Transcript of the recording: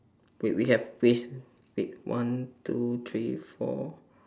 wait we have wait wait one two three four